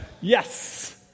Yes